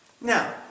Now